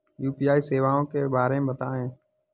UPI सेवाओं के बारे में बताएँ?